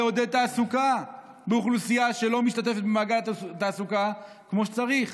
לעודד תעסוקה באוכלוסייה שלא משתתפת במעגל התעסוקה כמו שצריך.